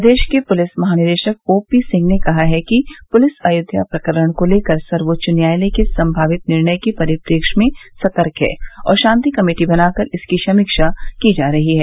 प्रदेश के पुलिस महानिदेशक ओ पी सिंह ने कहा है कि पुलिस अयोध्या प्रकरण को लेकर सर्वोच्च न्यायालय के सम्भावित निर्णय के परिप्रेक्ष में सतर्क है और शांति कमेटी बनाकर इसकी समीक्षा की जा रही है